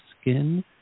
skin